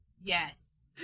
Yes